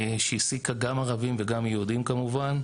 שהעסיקה גם ערבים וגם יהודים כמובן.